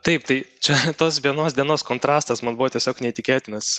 taip tai čia tos vienos dienos kontrastas man buvo tiesiog neįtikėtinas